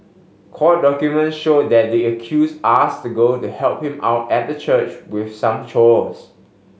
court document show that the accused asked the girl to help him out at the church with some chores